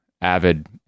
Avid